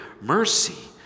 mercy